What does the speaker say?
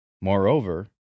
Moreover